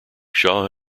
shaw